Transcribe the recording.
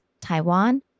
Taiwan